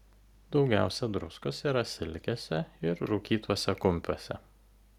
daugiausia druskos yra silkėse ir rūkytuose kumpiuose